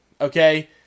Okay